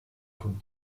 von